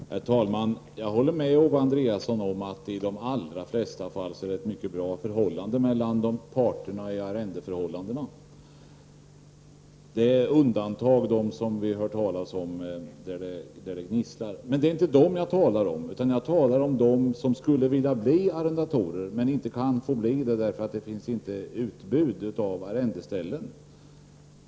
Herr talman! Jag håller med Owe Andréasson om att förhållandet mellan arrendatorer och jordägare i de allra flesta fall är mycket bra. De fall som vi har hört talas om då det har gnisslat är undantag. Det är emellertid inte dessa personer jag talar om, utan jag talar om de personer som skulle vilja bli arrendatorer men inte kan bli det därför att det inte finns ett utbud av arrendeställen.